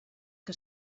que